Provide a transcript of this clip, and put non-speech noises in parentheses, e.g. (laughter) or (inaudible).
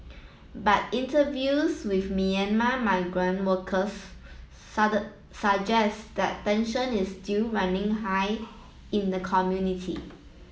but interviews with Myanmar migrant workers (unintelligible) suggest that tension is still running high in the community